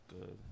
good